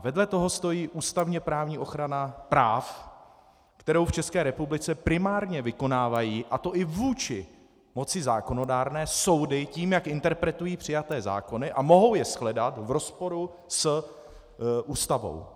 Vedle toho stojí ústavněprávní ochrana práv, kterou v České republice primárně vykonávají, a to i vůči moci zákonodárné, soudy tím, jak interpretují přijaté zákony, a mohou je shledat v rozporu s Ústavou.